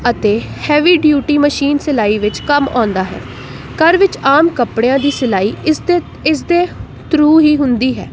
ਅਤੇ heavy duty machine ਸਿਲਾਈ ਵਿੱਚ ਕੰਮ ਆਉਂਦਾ ਹੈ ਘਰ ਵਿੱਚ ਆਮ ਕੱਪੜਿਆਂ ਦੀ ਸਿਲਾਈ ਇਸਦੇ ਇਸਦੇ ਥਰੂ ਹੀ ਹੁੰਦੀ ਹੈ